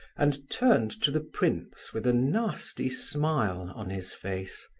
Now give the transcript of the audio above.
and turned to the prince with a nasty smile on his face.